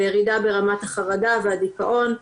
וירידה ברמת החרדה והדיכאון.